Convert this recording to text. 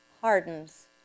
hardens